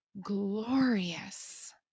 glorious